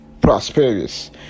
prosperous